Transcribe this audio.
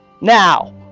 Now